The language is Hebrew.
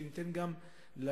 שניתן גם להם,